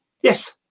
Yes